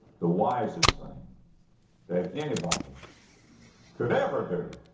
the wisest thing that anybody could ever do